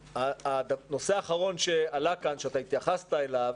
נושא אחרון שעלה כאן, שאתה התייחסת אליו,